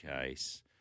case